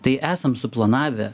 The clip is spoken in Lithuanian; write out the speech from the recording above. tai esam suplanavę